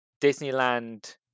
Disneyland